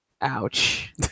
Ouch